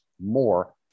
more